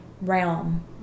realm